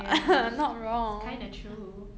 ya it's kinda true